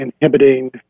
inhibiting